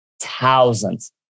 thousands